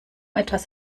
etwas